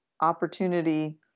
opportunity